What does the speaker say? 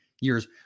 years